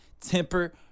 Temper